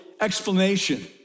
explanation